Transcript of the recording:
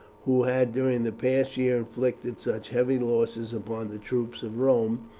who had during the past year inflicted such heavy losses upon the troops of rome,